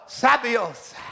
Sabios